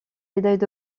médailles